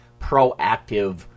proactive